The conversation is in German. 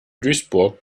duisburg